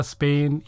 Spain